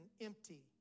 empty